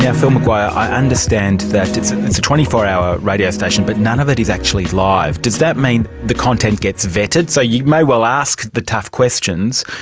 yeah phil mcguire, i understand that it's it's a twenty four hour radio station, but none of it is actually live. does that mean the content gets vetted? so you may well ask the tough questions,